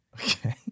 okay